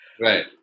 Right